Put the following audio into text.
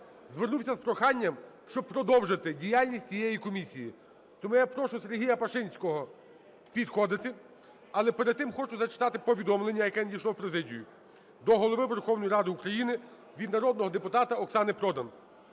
звернувся з проханням, щоб продовжити діяльність цієї комісії. Тому я прошу Сергія Пашинського підходити. Але перед тим хочу зачитати повідомлення, яке надійшло в Президію до Голови Верховної Ради України від народного депутата Оксани Продан: